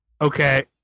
Okay